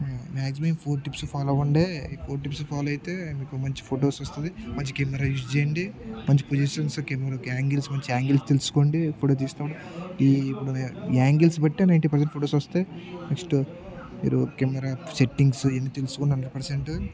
maximum four tips follow అవ్వండి four tips follow అయితే మీకు మంచి ఫొటోస్ వస్తుంది మంచి కెమెరా యూస్ చేయండి మంచి పొజిషన్స్ కెమెరాకి యాంగిల్స్ మంచి యాంగిల్స్ తెలుసుకోండి ఫోటో తీస్తాం ఈ ఇప్పుడు యాంగిల్స్ బట్టి నైంటీ పర్సెంట్ ఫొటోస్ వస్తాయి నెక్స్ట్ మీరు కెమెరా సెట్టింగ్స్ ఇన్ని తెలుసుకోని హండ్రెడ్ పర్సెంట్